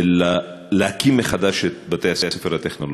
בהקמה מחדש של בתי-הספר הטכנולוגיים,